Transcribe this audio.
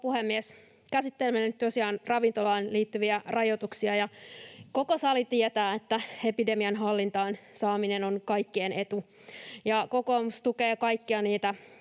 puhemies! Käsittelemme nyt tosiaan ravintolaan liittyviä rajoituksia, ja koko sali tietää, että epidemian hallintaan saaminen on kaikkien etu. Kokoomus tukee kaikkia niitä